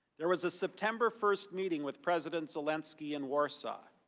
there was a september first meeting with president zelensky in warsaw.